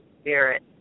spirit